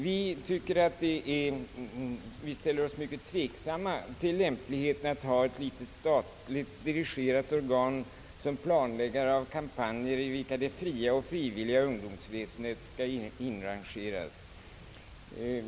Vi reservanter ställer oss mycket tveksamma till lämpligheten av att ha ett litet statligt dirigerat organ som planläggare av kampanjer, i vilka det fria och frivilliga ungdomsväsendet skall inrangeras.